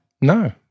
No